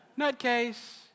Nutcase